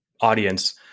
audience